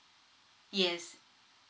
yes